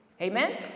Amen